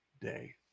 day